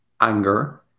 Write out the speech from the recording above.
anger